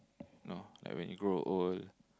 know like when you grow old